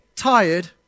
tired